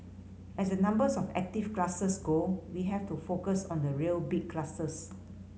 as the numbers of active clusters go we have to focus on the real big clusters